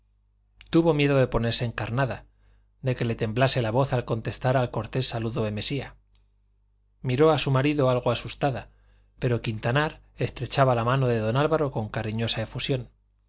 tuvo miedo de ponerse encarnada de que le temblase la voz al contestar al cortés saludo de mesía miró a su marido algo asustada pero quintanar estrechaba la mano de don álvaro con cariñosa efusión